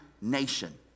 nation